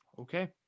Okay